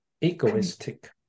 egoistic